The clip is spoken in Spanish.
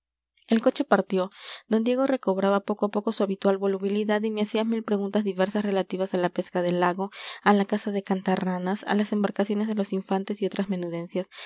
el coche partió d diego recobraba poco a poco su habitual volubilidad y me hacía mil preguntas diversas relativas a la pesca del lago a la caza de cantarranas a las embarcaciones de los infantes y otras menudencias